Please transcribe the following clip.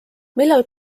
millal